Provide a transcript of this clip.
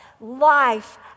life